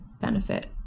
benefit